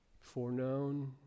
foreknown